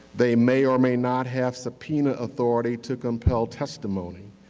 they may or may not have subpoena authority to compel testimony.